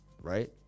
right